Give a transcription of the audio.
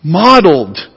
modeled